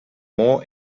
more